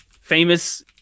Famous